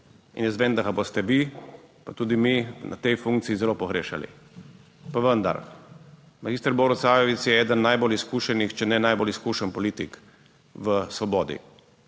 in vem, da ga boste vi, pa tudi mi na tej funkciji zelo pogrešali, pa vendar. Magister Borut Sajovic je eden najbolj izkušenih, če ne najbolj izkušen politik v Svobodi.